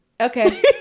Okay